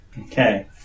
Okay